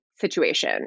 situation